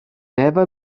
never